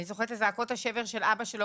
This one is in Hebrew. אני זוכרת את זעקות השבר של אבא שלו,